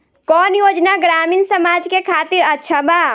कौन योजना ग्रामीण समाज के खातिर अच्छा बा?